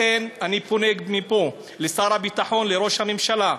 לכן, אני פונה מפה לשר הביטחון, לראש הממשלה: